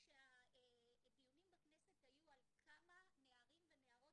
כשהדיונים בכנסת היו על כמה נערים ונערות